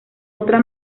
otra